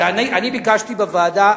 אני ביקשתי בוועדה,